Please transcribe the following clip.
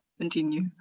Continue